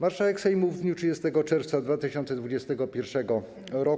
Marszałek Sejmu w dniu 30 czerwca 2021 r.